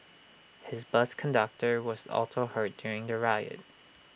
his bus conductor was also hurt during the riot